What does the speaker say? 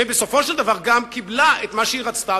ובסופו של דבר גם קיבלה את מה שהיא רצתה,